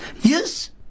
Yes